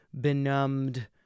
benumbed